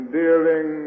dealing